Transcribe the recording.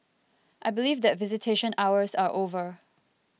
I believe that visitation hours are over